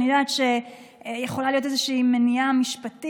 אני יודעת שיכולה להיות איזו מניעה משפטית,